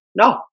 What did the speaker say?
No